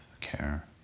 care